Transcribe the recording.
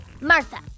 Martha